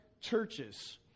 churches